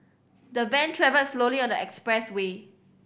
the van travelled slowly on the expressway